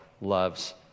loves